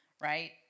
right